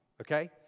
okay